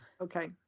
Okay